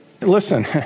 Listen